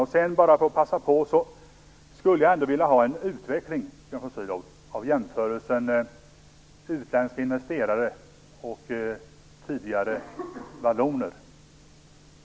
Jag skulle vilja passa på att be om en utveckling av jämförelsen mellan utländska investerare och tidigare valloner.